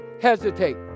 hesitate